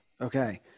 okay